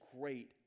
great